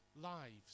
lives